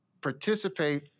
participate